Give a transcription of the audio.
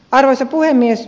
arvoisa puhemies